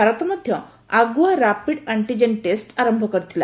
ଭାରତ ମଧ୍ୟ ଆଗୁଆ rapid antigen test ଆରମ୍ଭ କରିଥିଲା